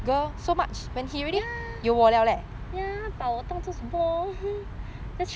ya 把我当作是 ball just throw me